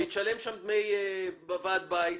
היא תשלם ועד בית.